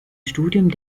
studium